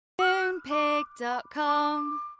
Moonpig.com